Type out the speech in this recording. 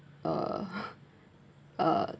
uh uh